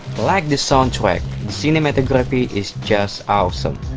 like the soundtrack the cinematography is just awesome.